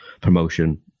promotion